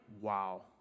Wow